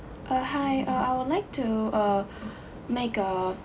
uh hi uh I would like to uh make a